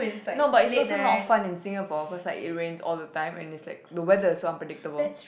no but it's also not fun in Singapore cause like it rains all the time and it's like the weather is so unpredictable